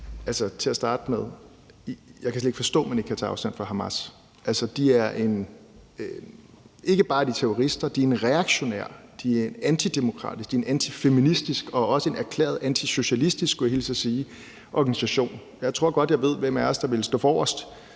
jeg slet ikke kan forstå, at man ikke kan tage afstand fra Hamas. Ikke bare er de terrorister, de er en reaktionær, de er en antidemokratisk, de er en antifeministisk og også en erklæret antisocialistisk, skulle jeg hilse og sige, organisation. Jeg tror godt, jeg ved, hvem af os der ville stå forrest